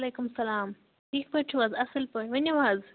وعلیکُم سَلام ٹھیٖک پٲٹھۍ چھُو حظ اَصٕل پٲٹھۍ ؤنِو حظ